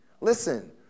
Listen